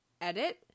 edit